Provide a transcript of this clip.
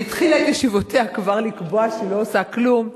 היא התחילה את ישיבותיה וכבר לקבוע שהיא לא עושה כלום?